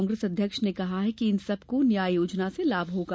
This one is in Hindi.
कांग्रेस अध्यक्ष ने कहा कि इन सबकों न्याय योजना से लाभ मिलेगा